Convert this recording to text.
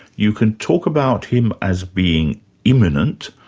you can talk about him as being immanent,